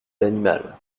l’animal